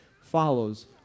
follows